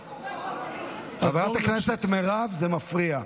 חברת הכנסת מירב, זה מפריע.